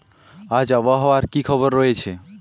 আজ আবহাওয়ার কি খবর রয়েছে?